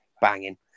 Banging